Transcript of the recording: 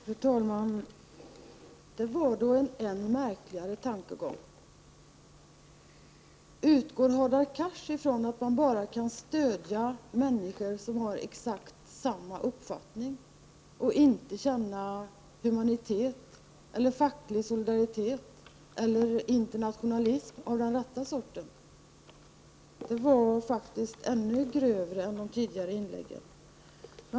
Fru talman! Det var då en än märkligare tankegång! Utgår Hadar Cars ifrån att man bara kan stödja människor som har exakt samma uppfattning och inte kan känna humanitet, facklig solidaritet eller internationalism av den rätta sorten? Detta var faktiskt ännu grövre än de tidigare inläggen.